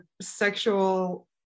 sexual